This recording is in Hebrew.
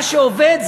מה שעובד,